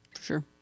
Sure